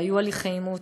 לא היו הליכי אימוץ,